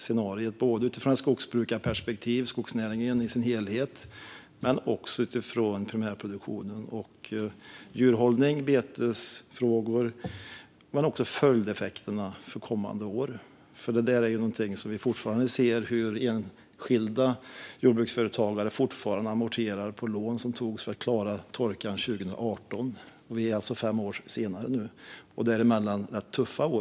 Det gäller både utifrån ett skogsbrukarperspektiv, alltså skogsnäringen i dess helhet, och utifrån primärproduktionen. Där handlar det om djurhållning, betesfrågor och följdeffekterna för kommande år. Vi ser nämligen att enskilda jordbruksföretagare fortfarande amorterar på lån som togs för att klara torkan 2018, och det har alltså gått fem år sedan dess. Det har också varit rätt tuffa år.